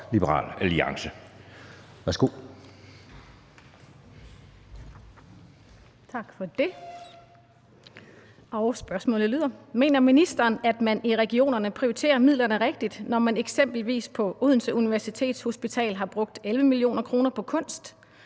Mener ministeren, at man i regionerne prioriterer midlerne rigtigt, når man eksempelvis på Odense Universitetshospital har brugt 11 mio. kr. på kunst